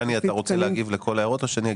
דני, אתה רוצה להגיב לכל ההערות או שאני אגיב?